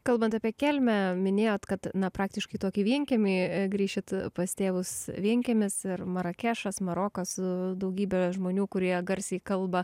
kalbant apie kelmę minėjot kad na praktiškai tokį vienkiemį grįšit pas tėvus vienkiemis ir marakešas marokas su daugybe žmonių kurie garsiai kalba